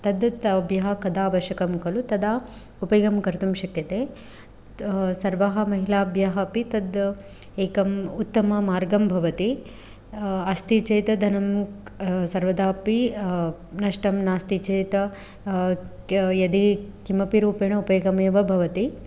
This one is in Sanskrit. तद् ताभ्यः कदा आवश्यकं खलु तदा उपयोगं कर्तुं शक्यते सर्वाः महिलाभ्यः अपि तद् एकम् उत्तममार्गः भवति अस्ति चेत् धनं सर्वदा अपि नष्टं नास्ति चेत् यदि किमपि रूपेण उपयोगमेव भवति